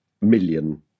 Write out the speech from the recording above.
million